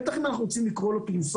בטח אם אנחנו רוצים לקרוא לו תרופה.